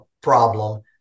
problem